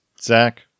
Zach